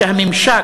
שהממשק,